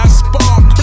spark